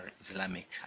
Islamic